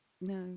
No